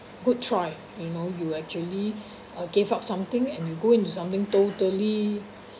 good try you know you actually uh gave up something and you go into something totally